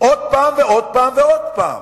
עוד פעם ועוד פעם ועוד פעם,